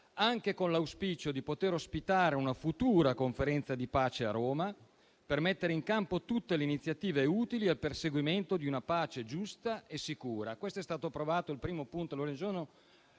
anche con l'auspicio di poter ospitare una futura conferenza di pace a Roma, per mettere in campo tutte le iniziative utili al perseguimento di una pace giusta e sicura». Così il primo punto della